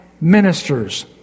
minister's